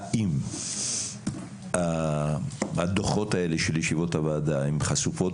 האם הדוחות האלה של ישיבות הוועדה הן חשופות?